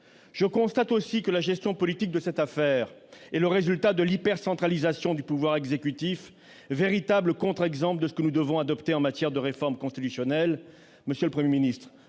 Je constate aussi que la gestion politique de cette affaire est le résultat de l'hypercentralisation du pouvoir exécutif, véritable contre-exemple de ce que nous devons faire en matière de réforme constitutionnelle. Monsieur le Premier ministre,